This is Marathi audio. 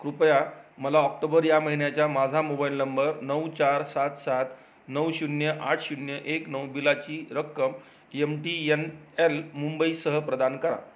कृपया मला ऑक्टोबर या महिन्याच्या माझा मोबाईल नंबर नऊ चार सात सात नऊ शून्य आठ शून्य एक नऊ बिलाची रक्कम एम टी यन एल मुंबईसह प्रदान करा